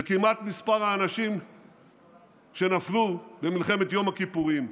זה כמעט מספר האנשים שנפלו במלחמת יום הכיפורים.